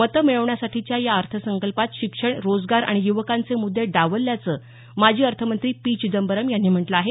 मतं मिळवण्यासाठीच्या या अर्थसंकल्पात शिक्षण रोजगार आणि युवकांचे मुद्दे डावलल्याचं माजी अर्थमंत्री पी चिदंबरम यांनी म्हटलं आहे